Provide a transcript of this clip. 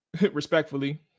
respectfully